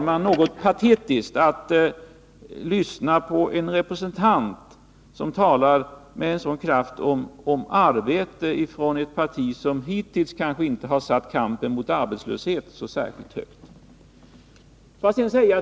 Det gör ett något patetiskt intryck när man får lyssna till ett så kraftfullt tal om arbete ifrån en representant för ett parti som hittills inte satt kampen mot arbetslöshet särskilt högt.